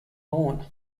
lawn